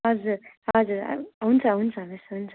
हजुर हजुर हुन्छ हुन्छ मिस हुन्छ